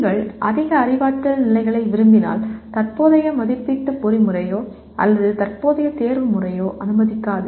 நீங்கள் அதிக அறிவாற்றல் நிலைகளை விரும்பினால் தற்போதைய மதிப்பீட்டு பொறிமுறையோ அல்லது தற்போதைய தேர்வு முறையோ அனுமதிக்காது